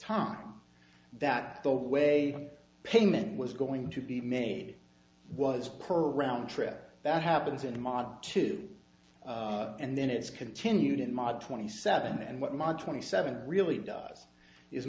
time that the way payment was going to be made was per round trip that happens in the model two and then it's continued in march twenty seventh and what march twenty seventh really does is